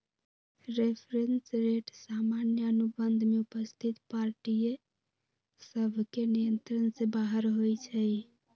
reference rate सामान्य अनुबंध में उपस्थित पार्टिय सभके नियंत्रण से बाहर होइ छइ